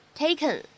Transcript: taken